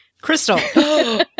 Crystal